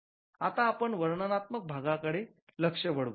आता आपण वर्णनात्मक भागाकडे लक्ष वळवू